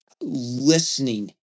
listening